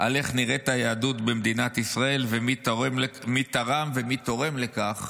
על איך נראית היהדות במדינת ישראל ומי תרם ומי תורם לכך.